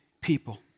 people